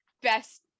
best